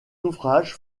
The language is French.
ouvrage